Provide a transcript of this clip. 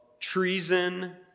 treason